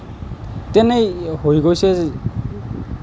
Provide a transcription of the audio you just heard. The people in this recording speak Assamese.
তেনেই হৈ গৈছে